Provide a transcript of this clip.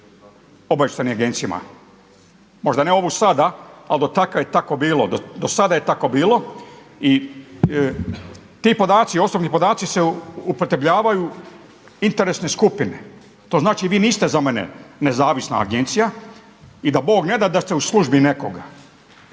se ne razumije./… tako bilo, do sada je tako bilo. I ti podaci, osobni podaci se upotrebljavaju interesne skupine. To znači vi niste za mene nezavisna agencija i da Bog ne da, da ste u službi nekoga.